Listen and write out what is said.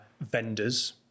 vendors